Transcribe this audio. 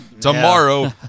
tomorrow